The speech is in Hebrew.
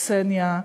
קסניה,